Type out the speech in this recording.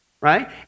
right